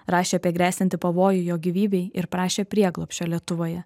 rašė apie gresiantį pavojų jo gyvybei ir prašė prieglobsčio lietuvoje